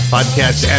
Podcast